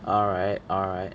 alright alright